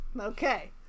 Okay